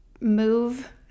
move